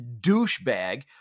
douchebag